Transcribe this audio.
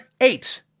eight